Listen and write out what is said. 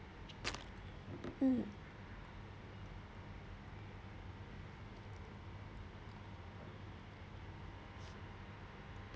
mm